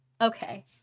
Okay